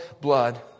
blood